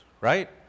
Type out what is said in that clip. right